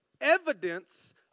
evidence